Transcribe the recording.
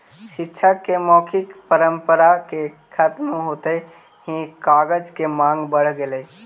शिक्षा के मौखिक परम्परा के खत्म होइत ही कागज के माँग बढ़ गेलइ